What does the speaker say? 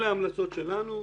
אלה ההמלצות שלנו.